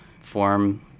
form